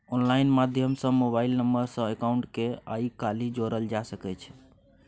online माध्यम सँ mobile number सँ अकाउंट केँ आइ काल्हि जोरल जा सकै छै